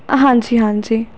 ਹਾਂਜੀ ਹਾਂਜੀ